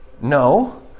No